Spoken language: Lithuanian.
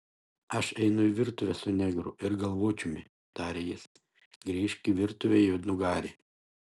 aš einu į virtuvę su negru ir galvočiumi tarė jis grįžk į virtuvę juodnugari